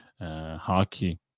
hockey